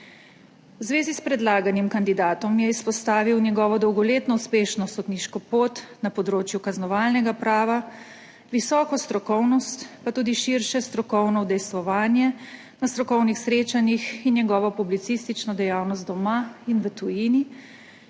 V zvezi s predlaganim kandidatom je izpostavil njegovo dolgoletno uspešno sodniško pot na področju kaznovalnega prava, visoko strokovnost, pa tudi širše strokovno udejstvovanje na strokovnih srečanjih in njegovo publicistično dejavnost doma in v tujini.